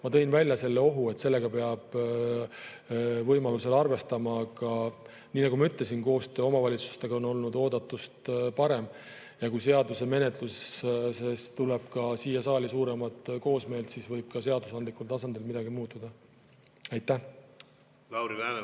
Ma tõin selle ohu välja, sellega peab võimaluse korral arvestama. Aga nii nagu ma ütlesin, koostöö omavalitsustega on olnud oodatust parem ja kui seaduse menetluses tuleb ka siia saali suurem koosmeel, siis võib ka seadusandlikul tasandil midagi muutuda. Aitäh, auväärt